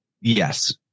Yes